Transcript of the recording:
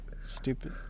Stupid